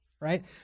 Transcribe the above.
Right